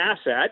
asset